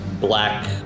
black